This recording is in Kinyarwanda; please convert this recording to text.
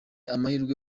amahirwe